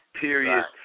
period